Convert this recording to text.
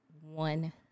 one